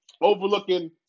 overlooking